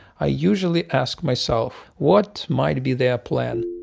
i usually ask myself, what might be their plan?